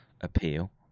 appeal